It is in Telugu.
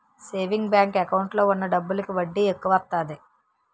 సేవింగ్ బ్యాంకు ఎకౌంటు లో ఉన్న డబ్బులకి వడ్డీ తక్కువత్తాది